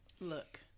Look